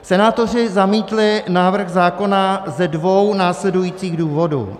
Senátoři zamítli návrh zákona ze dvou následujících důvodů.